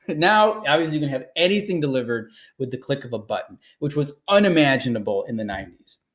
now, obviously, you can have anything delivered with the click of a button, which was unimaginable in the ninety s.